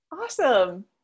Awesome